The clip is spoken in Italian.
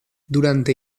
durante